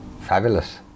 Fabulous